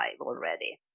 already